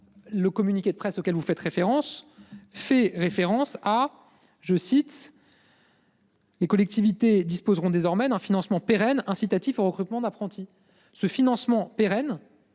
le communiqué de presse auquel vous faites référence fait référence à je cite.-- Les collectivités disposeront désormais d'un financement pérenne incitatif au recrutement d'apprentis ce